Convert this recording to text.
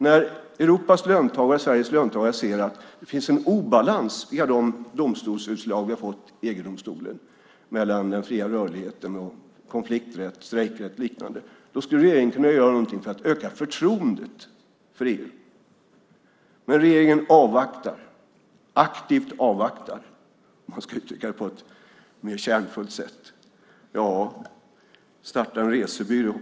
När Europas och Sveriges löntagare ser att det finns en obalans i de domstolsutslag vi har fått i EG-domstolen mellan den fria rörligheten och konflikträtt, strejkrätt och liknande skulle regeringen kunna göra någonting för att öka förtroendet för EU. Men regeringen avvaktar - avvaktar aktivt, för att uttrycka det på ett mer kärnfullt sätt. Ja, starta en resebyrå!